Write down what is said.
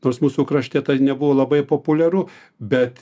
nors mūsų krašte tai nebuvo labai populiaru bet